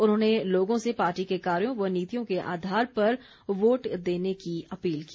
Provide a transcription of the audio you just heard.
उन्होंने लोगों से पार्टी के कार्यो व नीतियों के आधार पर वोट देने की अपील की